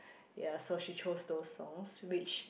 ye so she chose those songs which